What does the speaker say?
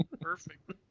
Perfect